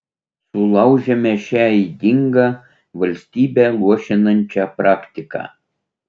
sulaužėme šią ydingą valstybę luošinančią praktiką